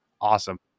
awesome